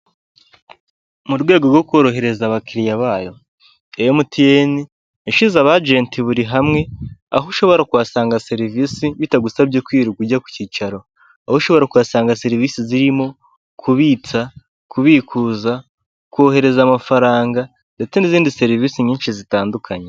Mu rwego rwo korohereza abakiliriya bayo emutiyeni yashyize abajenti buri hamwe aho ushobora kuhasanga serivisi bitagusabye kwirwa ujya ku kicaro, aho ushobora kuyasanga serivisi zirimo kubitsa, kubikuza, kohereza amafaranga ndetse n'izindi serivisi nyinshi zitandukanye.